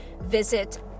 Visit